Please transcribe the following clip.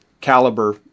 caliber